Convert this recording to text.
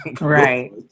Right